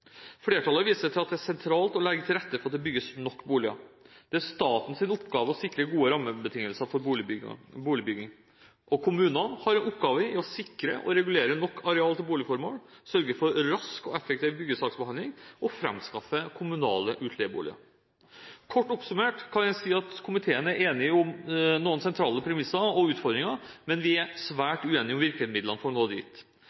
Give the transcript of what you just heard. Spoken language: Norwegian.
Flertallet viser til at det er sentralt å legge til rette for at det bygges nok boliger. Det er statens oppgave å sikre gode rammebetingelser for boligbygging. Kommunene har som oppgave å sikre og regulere nok areal til boligformål, sørge for rask og effektiv byggesaksbehandling og framskaffe kommunale utleieboliger. Kort oppsummert kan en si at komiteen er enig om noen sentrale premisser og utfordringer, men vi er svært uenige om virkemidlene for å nå dit.